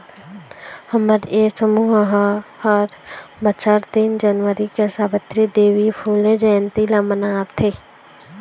हमर ये समूह ह हर बछर तीन जनवरी के सवित्री देवी फूले जंयती ल मनाथे